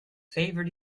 favored